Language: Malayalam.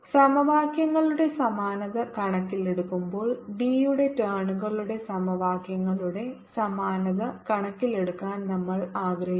സമവാക്യങ്ങളുടെ സമാനത കണക്കിലെടുക്കുമ്പോൾ B യുടെ ടേണുകളുടെ സമവാക്യങ്ങളുടെ സമാനത കണക്കിലെടുക്കാൻ നമ്മൾ ആഗ്രഹിക്കുന്നു